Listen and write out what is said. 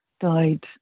died